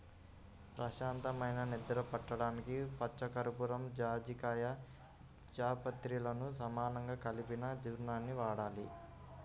ప్రశాంతమైన నిద్ర పట్టడానికి పచ్చకర్పూరం, జాజికాయ, జాపత్రిలను సమానంగా కలిపిన చూర్ణాన్ని వాడాలి